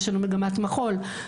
יש לנו מגמת מחול,